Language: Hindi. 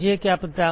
मुझे क्या पता